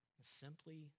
Simply